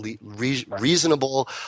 reasonable